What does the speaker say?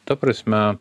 ta prasme